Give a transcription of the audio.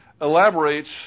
elaborates